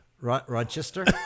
Rochester